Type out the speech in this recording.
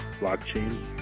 blockchain